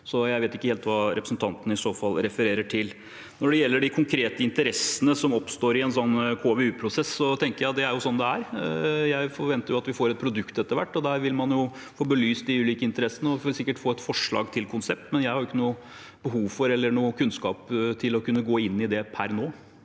jeg vet ikke helt hva representanten i så fall refererer til. Når det gjelder de konkrete interessene som oppstår i en slik KVU-prosess, tenker jeg at det er slik det er. Jeg forventer at vi får et produkt etter hvert, og der vil man få belyst de ulike interessene og sikkert få et forslag til konsept. Jeg har ikke noe behov for eller kunnskap til å kunne gå inn i det per nå.